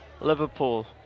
Liverpool